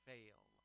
Fail